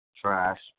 Trash